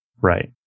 Right